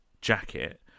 jacket